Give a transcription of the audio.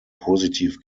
positiv